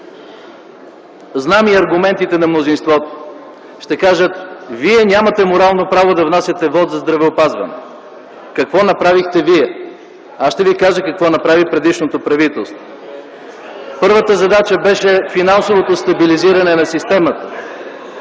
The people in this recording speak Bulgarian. Знам и аргументите на мнозинството. Ще кажат: вие нямате морално право да внасяте вот за здравеопазване. Какво направихте вие? Аз ще ви кажа какво направи предишното правителство. Първата задача беше финансовото стабилизиране на системата.